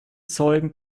zeugen